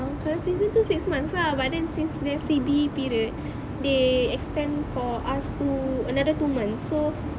uh kalau season tu six months lah but then since the C_B period they extend for us to another two months so